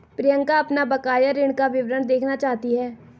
प्रियंका अपना बकाया ऋण का विवरण देखना चाहती है